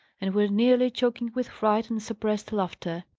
and were nearly choking with fright and suppressed laughter.